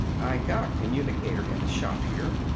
i got a communicator in the shop here,